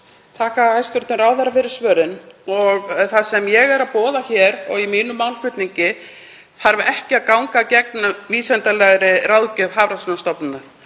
þakka hæstv. ráðherra fyrir svörin. Það sem ég er að boða hér og í mínum málflutningi þarf ekki að ganga gegn vísindalegri ráðgjöf Hafrannsóknastofnunar.